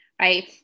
right